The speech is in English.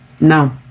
No